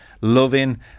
Loving